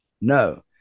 No